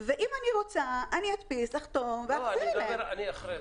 ואם אני רוצה, אני אדפיס, אחתום ואחזיר אליהם.